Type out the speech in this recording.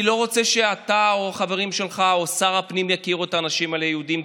אני לא רוצה שאתה או החברים שלך או שר הפנים יכירו באנשים האלה כיהודים,